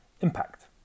impact